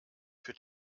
für